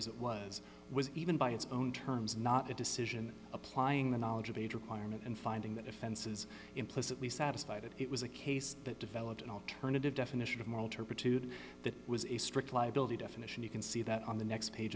as it was was even by its own terms not a decision applying the knowledge of age requirement and finding that offenses implicitly satisfy that it was a case that developed an alternative definition of moral turpitude that was a strict liability definition you can see that on the next page